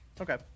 Okay